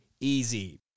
easy